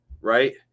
right